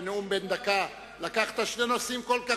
בנאום בן דקה לקחת שני נושאים כל כך